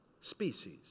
species